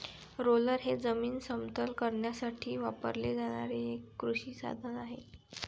roller हे जमीन समतल करण्यासाठी वापरले जाणारे एक कृषी साधन आहे